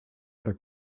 other